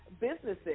businesses